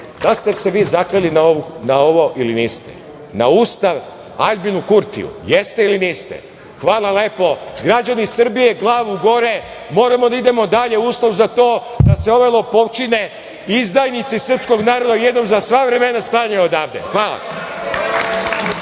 li ste se vi zakleli na ovo ili niste, na ustav Aljbina Kurtija, jeste ili niste? Hvala lepo. Građani Srbije, glavu gore, moramo da idemo dalje. Uslov za to je da se ove lopovčine, izdajnici srpskog naroda jednom za sva vremena sklone odavde. Hvala.